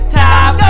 top